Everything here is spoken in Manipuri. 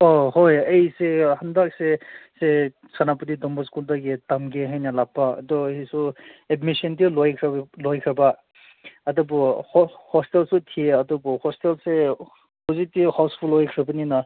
ꯑꯥ ꯍꯣꯏ ꯑꯩꯁꯦ ꯍꯟꯗꯛꯁꯦ ꯁꯦ ꯁꯦꯅꯥꯄꯇꯤ ꯗꯣꯟ ꯕꯣꯁꯀꯣꯗꯒꯤ ꯇꯝꯒꯦ ꯍꯥꯏꯅ ꯂꯥꯛꯄ ꯑꯗꯨ ꯑꯩꯁꯨ ꯑꯦꯠꯃꯤꯁꯟꯗꯤ ꯂꯣꯏꯈ꯭ꯔꯕ ꯂꯣꯏꯈ꯭ꯔꯕ ꯑꯗꯨꯕꯨ ꯍꯣꯁꯇꯦꯜꯁꯨ ꯊꯤ ꯑꯗꯨꯕꯨ ꯍꯣꯁꯇꯦꯜꯁꯦ ꯍꯧꯖꯤꯛꯇꯤ ꯍꯥꯎꯁꯐꯨꯜ ꯑꯣꯏꯈ꯭ꯔꯕꯅꯤꯅ